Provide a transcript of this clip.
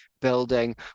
building